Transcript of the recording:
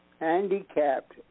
Handicapped